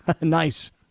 Nice